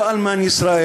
ארץ-ישראל